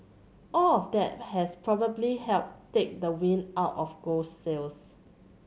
all of that has probably helped take the wind out of gold's sails